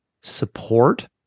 support